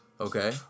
Okay